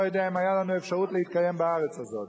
יודע אם היתה לנו אפשרות להתקיים בארץ הזאת.